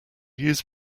use